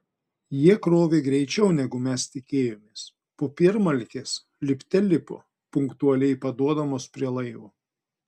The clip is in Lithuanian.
jie krovė greičiau negu mes tikėjomės popiermalkės lipte lipo punktualiai paduodamos prie laivo